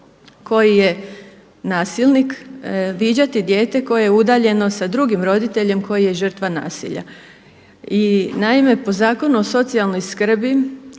koji je nasilnik viđati dijete koje je udaljeno sa drugim roditeljem koji je žrtva nasilja? I naime po Zakonu o socijalnoj skrbi,